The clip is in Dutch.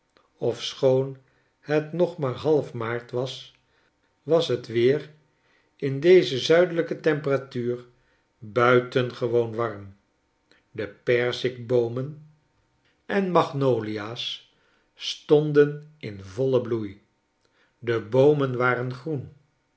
ofschoon het nog maar half maart was was het weer in deze zuidelijke temperatuur buitengewoon warm de perzikboomen en magnolia's stonden in vollen bloei de boomen waren groen